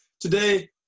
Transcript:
today